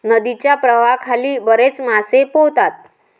नदीच्या प्रवाहाखाली बरेच मासे पोहतात